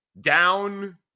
Down